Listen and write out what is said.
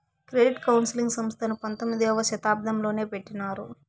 credit counselling సంస్థను పంతొమ్మిదవ శతాబ్దంలోనే పెట్టినారు